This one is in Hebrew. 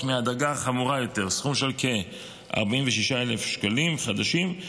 מהדרגה החמורה יותר: סכום של כ-46,000 שקלים חדשים,